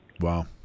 Wow